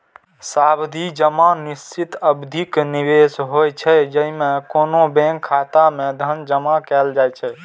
सावधि जमा निश्चित अवधिक निवेश होइ छै, जेइमे कोनो बैंक खाता मे धन जमा कैल जाइ छै